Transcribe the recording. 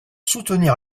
soutenir